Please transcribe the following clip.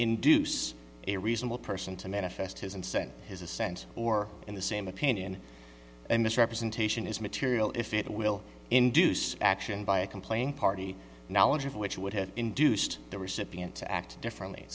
induce a reasonable person to manifest his and sent his assent or in the same opinion a misrepresentation is material if it will induce action by a complaint party knowledge of which would have induced the recipient to act differently